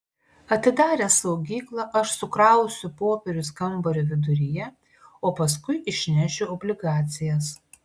atidaręs saugyklą aš sukrausiu popierius kambario viduryje o paskui išnešiu obligacijas